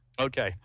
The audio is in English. Okay